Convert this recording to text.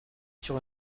sur